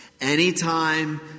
anytime